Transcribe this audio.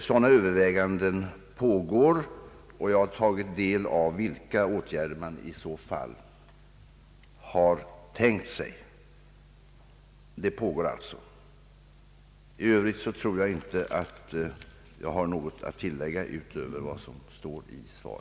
Sådana överväganden pågår, och jag har tagit del av vilka åtgärder man i detta fall har tänkt sig. I övrigt har jag inte något att tillägga utöver vad jag sagt i mitt interpellationssvar.